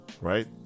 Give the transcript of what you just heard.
right